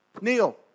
Neil